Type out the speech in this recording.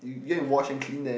yeah